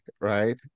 right